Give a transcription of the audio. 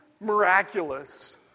miraculous